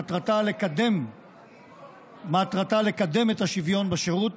מטרתה לקדם את השוויון בשירות